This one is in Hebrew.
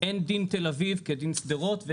אין דין תל אביב כדין שדרות.